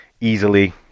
easily